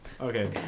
Okay